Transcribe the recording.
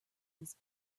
his